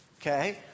Okay